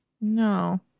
No